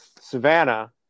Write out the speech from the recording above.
Savannah